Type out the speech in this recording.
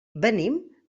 venim